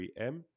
3M